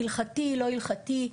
הלכתי לא הלכתי,